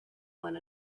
one